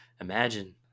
Imagine